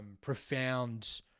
profound